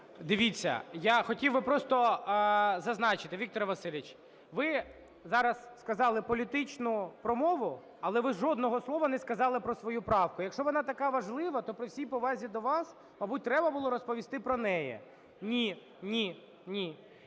Дивіться, я хотів би просто зазначити. Віктор Васильович, ви зараз сказали політичну промову. Але ви жодного слова не сказали про свою правку. Якщо вона така важлива, то, при всій повазі до вас, мабуть, треба було розповісти про неї. (Шум у